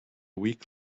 week